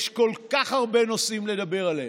יש כל כך הרבה נושאים לדבר עליהם,